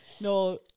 No